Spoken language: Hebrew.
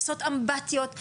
עושות אמבטיות,